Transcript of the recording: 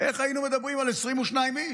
איך היינו מדברים על 22 איש?